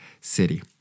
city